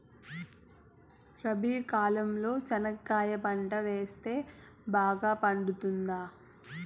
రబి కాలంలో చెనక్కాయలు పంట వేస్తే బాగా పండుతుందా?